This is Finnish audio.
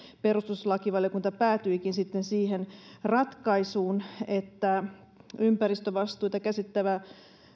perustuslakivaliokunta päätyikin sitten siihen ratkaisuun että ympäristövastuita käsittelevä